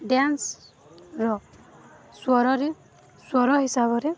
dancer ସ୍ୱରରେ ହିସାବରେ